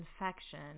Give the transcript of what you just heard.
infection